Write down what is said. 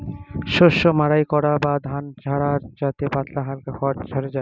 শস্য মাড়াই করা বা ধান ঝাড়া যাতে পাতলা হালকা খড় ঝড়ে যায়